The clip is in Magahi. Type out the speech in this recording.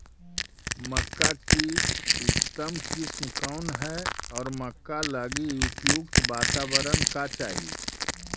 मक्का की उतम किस्म कौन है और मक्का लागि उपयुक्त बाताबरण का चाही?